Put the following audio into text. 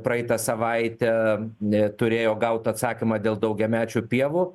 praeitą savaitę nė turėjo gaut atsakymą dėl daugiamečių pievų